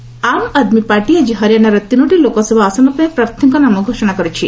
APP LS Aam Aadmi party ଆକି ହରିଆନାର ତିନୋଟି ଲୋକସଭା ଆସନ ପାଇଁ ପ୍ରାର୍ଥୀଙ୍କ ନାମ ଘୋଷଣା କରିଛି